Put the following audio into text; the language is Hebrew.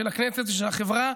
של הכנסת ושל החברה,